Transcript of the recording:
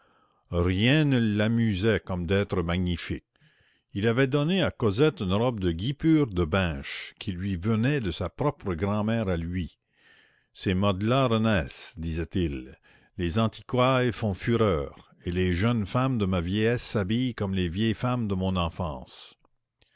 rien ne l'amusait comme d'être magnifique il avait donné à cosette une robe de guipure de binche qui lui venait de sa propre grand'mère à lui ces modes là renaissent disait-il les antiquailles font fureur et les jeunes femmes de ma vieillesse s'habillent comme les vieilles femmes de mon enfance